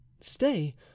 Stay